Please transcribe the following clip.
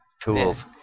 Tools